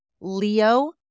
Leo